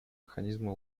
механизмы